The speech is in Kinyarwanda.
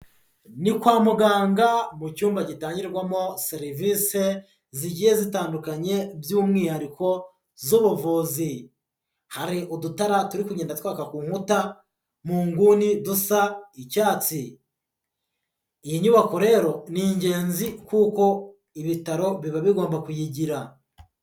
Ni kwa muganga mu cyumba gitangirwamo serivise zigiye zitandukanye by'umwihariko z'ubuvuzi, hari udutara turi kugenda twaka ku nkuta mu nguni dusa icyatsi, iyi nyubako rero ni ingenzi kuko ibitaro biba bigomba kuyigira.